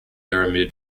her